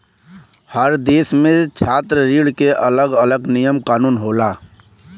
हर देस में छात्र ऋण के अलग अलग नियम कानून होला